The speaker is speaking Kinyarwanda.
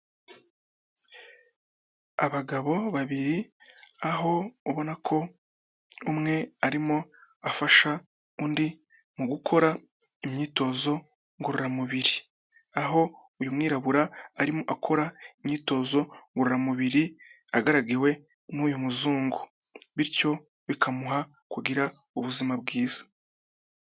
Abagabo babiri aho ubona ko umwe arimo afasha undi mu gukora imyitozo ngororamubiri, aho uyu mwirabura arimo akora imyitozo ngororamubiri agarariwe n'uyu muzungu, bityo bikamuha kugira ubuzima bwiza.